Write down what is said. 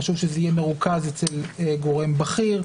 חשוב שזה יהיה מרוכז אצל גורם בכיר,